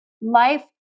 life